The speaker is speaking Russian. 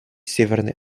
северной